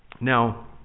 Now